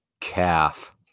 Calf